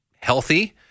healthy